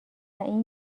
این